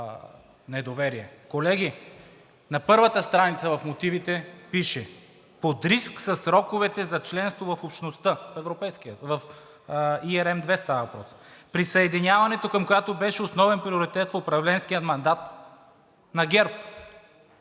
Колеги, на първата страница в мотивите пише: „Под риск са сроковете за членство в общността“ – в ЕRМ2 става въпрос, присъединяването към която беше основен приоритет в управленския мандат на ГЕРБ,